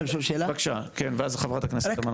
בבקשה ואז חברת הכנסת פנינה.